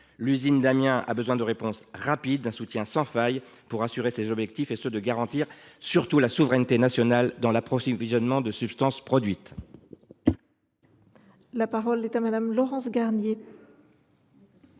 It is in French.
L’usine d’Amiens a besoin de réponses rapides et d’un soutien sans faille pour atteindre ses objectifs, notamment garantir la souveraineté nationale dans l’approvisionnement des substances produites. La parole est à Mme Laurence Garnier,